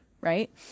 right